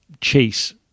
chase